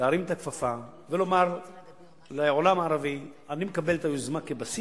להרים את הכפפה ולומר לעולם הערבי: אני מקבל את היוזמה כבסיס,